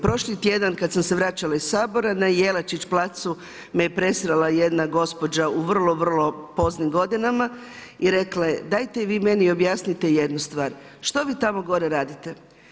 Prošli tjedan kad sam se vraćala iz Sabora na Jelačić placu me je presrela jedna gospođa u vrlo, vrlo poznim godinama i rekla je dajte vi meni objasnite jednu stvar, što vi tamo gore radite?